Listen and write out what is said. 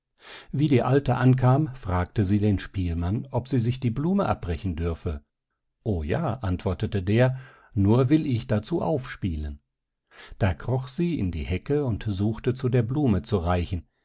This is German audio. wie die alte ankam fragte sie den spielmann ob sie sich die blume abbrechen dürfe o ja antwortete der nur will ich dazu aufspielen da kroch sie in die hecke und suchte zu der blume zu reichen